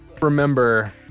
remember